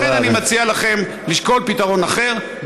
לכן אני מציע לכם לשקול פתרון אחר.